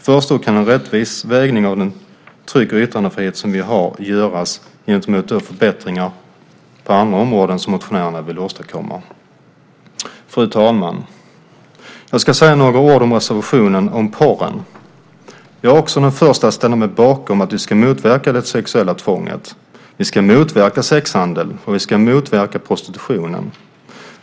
Först då kan en rättvis vägning av den tryck och yttrandefrihet som vi har göras gentemot förbättringar på andra områden som motionärerna vill åstadkomma. Fru talman! Jag ska också säga några ord om reservationen om pornografi. Jag är den förste att ställa mig bakom förslaget att vi ska motverka det sexuella tvånget. Vi ska motverka sexhandeln, och vi ska motverka prostitutionen.